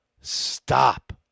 Stop